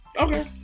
Okay